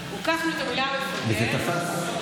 וזה תפס.